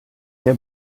der